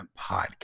Podcast